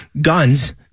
guns